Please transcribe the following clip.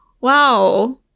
Wow